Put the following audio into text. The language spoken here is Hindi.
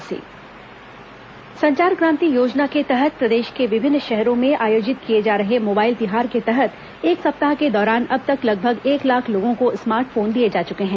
संचार क्रांति योजना संचार क्रांति योजना के तहत प्रदेश के विभिन्न शहरों में आयोजित किए जा रहे मोबाइल तिहार के तहत एक सप्ताह के दौरान अब तक लगभग एक लाख लोगों को स्मार्ट फोन दिए जा चुके हैं